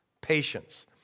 patience